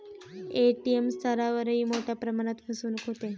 ATM स्तरावरही मोठ्या प्रमाणात फसवणूक होते